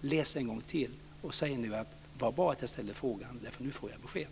Läs svaret en gång till och säg att det var bra att frågan ställdes för att det nu finns besked.